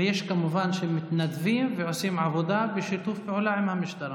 ויש כמובן שמתנדבים ועושים עבודה בשיתוף פעולה עם המשטרה.